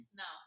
no